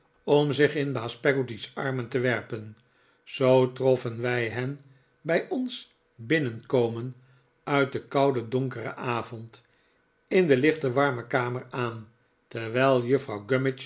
om zich in baas peggotty's armen te werpen zoo troffen wij hen bij ons binnenkomen uit den kouden donkeren avond in de lichte warme kamer aan terwijl juffrouw